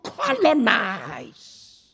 colonize